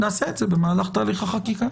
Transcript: נעשה את זה במהלך תהליך החקיקה.